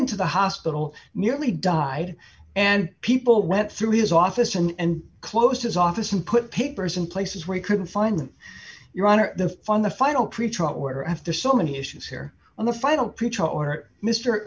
into the hospital nearly died and people went through his office in and closed his office and put papers in places where he couldn't find them your honor the fun the final pretrial where after so many issues here on the final pitch or mr